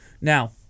Now